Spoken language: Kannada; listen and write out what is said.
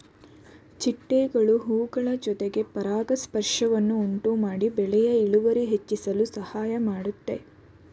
ಚಿಟ್ಟೆಗಳು ಹೂಗಳ ಜೊತೆ ಪರಾಗಸ್ಪರ್ಶವನ್ನು ಉಂಟುಮಾಡಿ ಬೆಳೆಯ ಇಳುವರಿ ಹೆಚ್ಚಿಸಲು ಸಹಾಯ ಮಾಡುತ್ತೆ